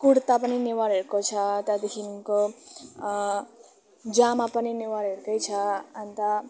कुर्ता पनि नेवारहरूको छ त्यहाँदेखिको जामा पनि नेवारहरूकै छ अन्त